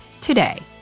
today